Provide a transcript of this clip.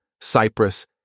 Cyprus